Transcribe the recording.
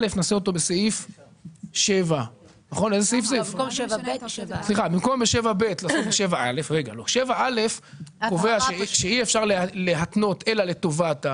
נעשה אותו בסעיף 7א. 7א קובע שאי אפשר להתנות אלא לטובת ה